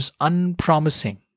unpromising